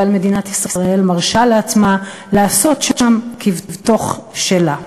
אבל מדינת ישראל מרשה לעצמה לעשות שם כבתוך שלה.